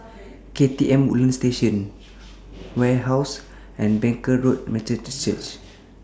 K T M Woodlands Station Wave House and Barker Road Methodist Church